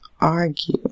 argue